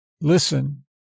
Listen